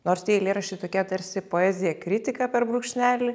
nors tie eilėraščių tokia tarsi poezija kritika per brūkšnelį